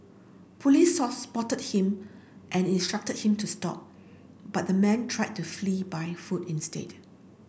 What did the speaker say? police saw spotted him and instructed him to stop but the man tried to flee by foot instead